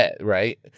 Right